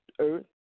earth